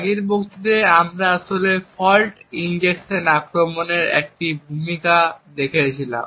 আগের বক্তৃতায় আমরা আসলে ফল্ট ইনজেকশন আক্রমণের একটি ভূমিকা দেখেছিলাম